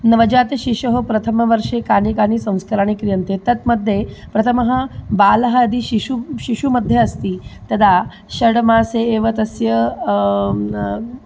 नवजातशिशोः प्रथमवर्षे कानि कानि संस्काराणि क्रियन्ते तत् मध्ये प्रथमः बालः यदि शिशुः शिशुमध्ये अस्ति तदा षड्मासे एव तस्य